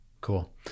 cool